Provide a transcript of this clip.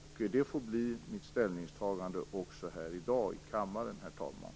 Det får bli mitt ställningstagande också här i kammaren i dag, herr talman.